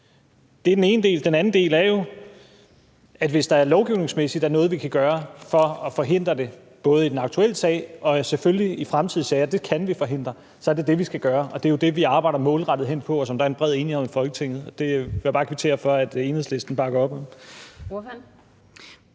Det er den ene del. Den anden del er jo, at hvis der lovgivningsmæssigt er noget, vi kan gøre for at forhindre det, både i den aktuelle sag og selvfølgelig i fremtidige sager – der kan vi forhindre det – er det det, vi skal gøre, og det er jo det, vi arbejder målrettet henimod, og som der er en bred enighed om i Folketinget. Det vil jeg bare kvittere for at Enhedslisten bakker op